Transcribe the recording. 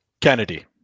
kennedy